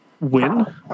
win